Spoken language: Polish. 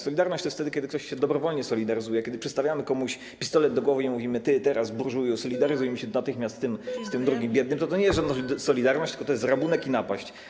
Solidarność jest wtedy, kiedy ktoś się dobrowolnie solidaryzuje, a kiedy przystawiamy komuś pistolet do głowy i mówimy: teraz ty, burżuju, solidaryzuj mi się natychmiast z tym drugim, biednym - to to nie jest żadna solidarność, tylko to jest rabunek i napaść.